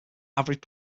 average